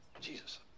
Jesus